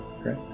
Great